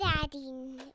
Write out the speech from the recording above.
Daddy